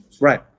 right